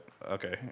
Okay